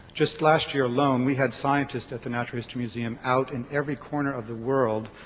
just last year alone we had scientists at the natural history museum out in every corner of the world.